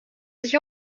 sich